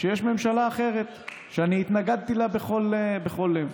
כשיש ממשלה אחרת, שאני התנגדתי לה בכל לב.